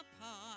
apart